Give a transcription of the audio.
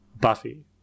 Buffy